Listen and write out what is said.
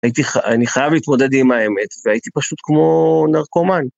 הייתי, אני חייב להתמודד עם האמת, והייתי פשוט כמו נרקומן.